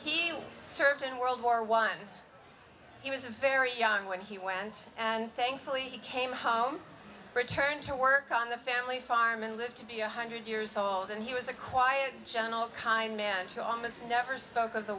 he served in world war one he was a very young when he went and thankfully he came home returned to work on the family farm and lived to be one hundred years old and he was a quiet gentle kind man to almost never spoke of the